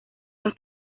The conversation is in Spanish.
los